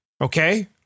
Okay